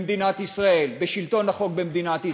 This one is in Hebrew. במדינת ישראל, לשלטון החוק במדינת ישראל.